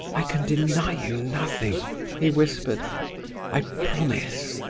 i can deny you nothing he whispered i promise